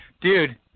dude